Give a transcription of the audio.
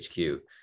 HQ